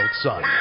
son